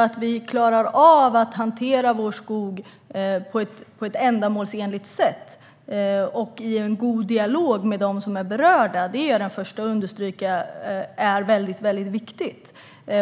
Att vi klarar av att hantera vår skog på ett ändamålsenligt sätt och i en god dialog med dem som är berörda är jag den första att understryka vikten